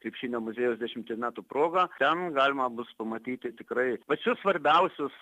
krepšinio muziejaus dešimčiai metų proga ten galima bus pamatyti tikrai pačius svarbiausius